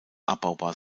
abbaubar